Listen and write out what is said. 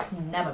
never